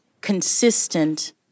consistent